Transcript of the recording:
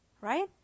Right